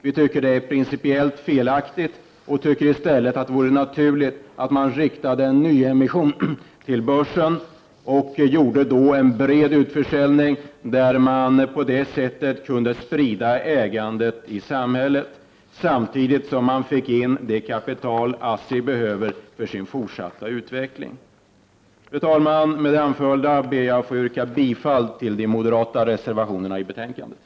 Vi tycker att det är principiellt felaktigt och anser i stället att det vore naturligt att man riktade en nyemission till börsen och då gjorde en bred utförsäljning där man på det sättet kunde sprida ägandet i samhället, samtidigt som man fick in det kapital ASSI behöver för sin fortsatta utveckling. Fru talman! Med det anförda ber jag att få yrka bifall till de moderata reservationerna i betänkandet.